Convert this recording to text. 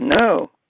No